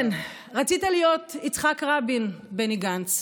כן, רצית להיות יצחק רבין, בני גנץ.